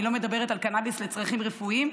אני לא מדברת על קנביס לצרכים רפואיים,